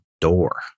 door